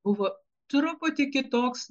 buvo truputį kitoks